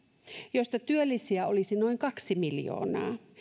joista työllisiä olisi noin kaksi miljoonaa